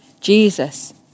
Jesus